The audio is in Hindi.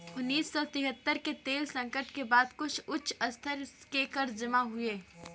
उन्नीस सौ तिहत्तर के तेल संकट के बाद कुछ उच्च स्तर के कर्ज जमा हुए